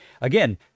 again